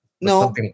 No